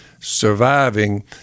surviving